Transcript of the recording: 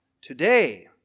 Today